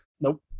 Nope